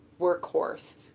workhorse